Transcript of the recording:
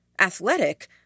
athletic